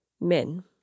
Men